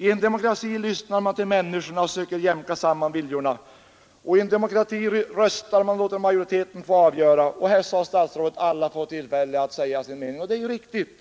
I en demokrati lyssnar man till människorna och försöker jämka samman viljorna. I en demokrati röstar man och låter majoriteten få avgöra. Här sade statsrådet att alla har fått tillfälle att säga sin mening, och det är ju riktigt.